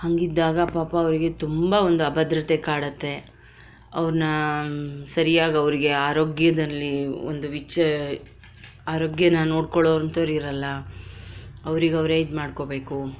ಹಾಗಿದ್ದಾಗ ಪಾಪ ಅವರಿಗೆ ತುಂಬ ಒಂದು ಅಭದ್ರತೆ ಕಾಡತ್ತೆ ಅವರನ್ನ ಸರಿಯಾಗಿ ಅವರಿಗೆ ಆರೋಗ್ಯದಲ್ಲಿ ಒಂದು ವಿಚ ಆರೋಗ್ಯಾನ ನೋಡ್ಕೊಳ್ಳೋ ಅಂಥೋರು ಇರಲ್ಲ ಅವರಿಗೆ ಅವರೇ ಇದು ಮಾಡ್ಕೋಬೇಕು